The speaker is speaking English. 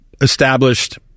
established